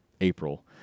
April